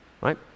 Right